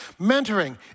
mentoring